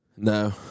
No